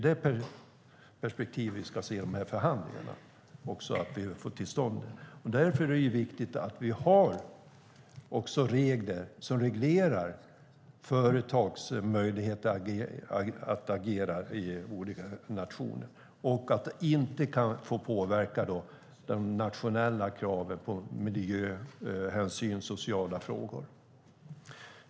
Därför är det viktigt att vi har regler som reglerar företags möjlighet att agera i olika nationer och att de inte kan få påverka nationella krav på miljö, hänsyn och sociala frågor.